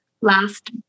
last